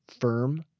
firm